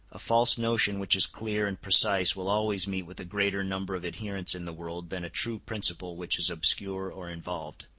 a false notion which is clear and precise will always meet with a greater number of adherents in the world than a true principle which is obscure or involved.